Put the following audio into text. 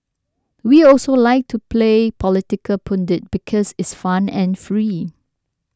we also like to play political pundit because it's fun and free